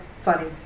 funny